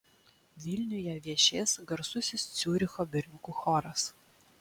vilniuje viešės garsusis ciuricho berniukų choras